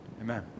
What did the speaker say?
Amen